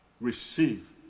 receive